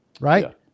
Right